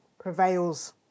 prevails